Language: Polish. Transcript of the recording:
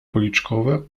policzkowe